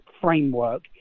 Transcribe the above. framework